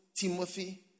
Timothy